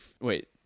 Wait